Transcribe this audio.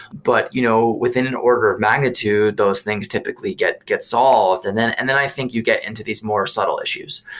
but you know within the and order of magnitude, those things typically get get solved. and then and then i think you get into these more subtle issues.